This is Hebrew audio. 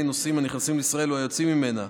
נוסעים הנכנסים לישראל או היוצאים ממנה,